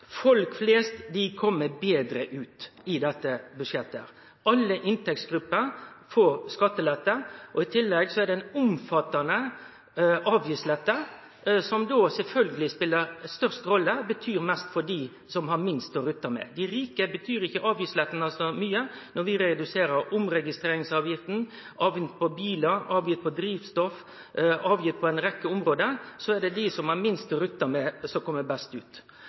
Folk flest kjem betre ut i dette budsjettet. Alle inntektsgrupper får skattelette. I tillegg er det ein omfattande avgiftslette som då sjølvsagt speler størst rolle og betyr mest for dei som har minst å rutte med. For dei rike betyr ikkje avgiftslettane så mykje. Når vi reduserer omregistreringsavgifta, avgift på bilar, avgift på drivstoff, avgift på ei rekkje område, er det dei som har minst å rutte med, som kjem best ut.